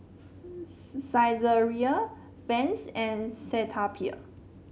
Saizeriya Vans and Cetaphil